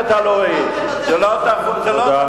זה תלוי בכם, זה תלוי.